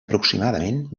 aproximadament